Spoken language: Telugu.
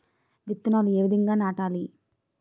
విత్తనాలు ఏ విధంగా నాటాలి?